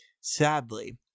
sadly